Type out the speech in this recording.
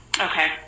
Okay